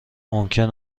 ممکن